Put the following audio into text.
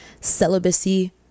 celibacy